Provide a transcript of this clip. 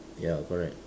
ya correct